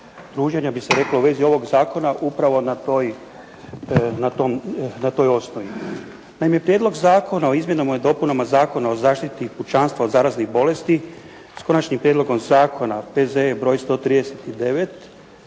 se./ … bi se reklo u vezi ovog zakona upravo na toj osnovi. Naime prijedlog Zakona o izmjenama i dopunama Zakona o zaštiti pučanstva od zaraznih bolesti, s Konačnim prijedlogom zakona, P.Z.E. br. 139